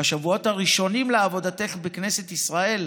בשבועות הראשונים לעבודתך בכנסת ישראל,